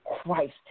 Christ